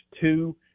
two